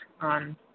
on